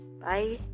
Bye